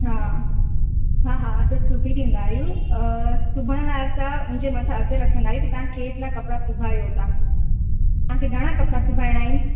हा हा हा असां सिबी ॾींदा आहियूं सिबण लाइ असां उन जे मथां अघु रखंदा आहियूं की तव्हां के इतना कपिड़ा सिबायो तव्हां तव्हांखे घणा कपिड़ा सिबाइणा आहिनि